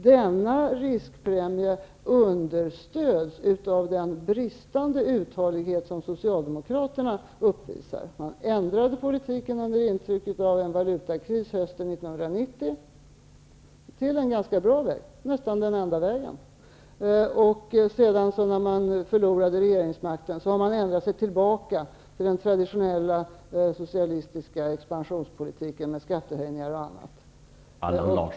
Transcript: Denna riskpremie understöds av den bristande uthållighet som Socialdemokraterna uppvisar. Socialdemokraterna ändrade politiken under intrycket av en valutakris hösten 1990 till en ganska bra väg, nästan den enda vägen. När de sedan förlorade regeringsmakten har de ändrat sig tillbaka till den traditionella socialistiska expansionspolitiken med skattehöjningar och annat.